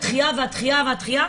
הדחייה והדחייה והדחייה,